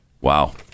Wow